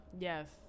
Yes